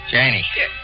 Janie